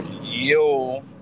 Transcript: yo